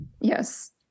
Yes